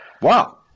wow